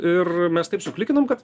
ir mes taip suklikinom kad